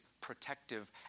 protective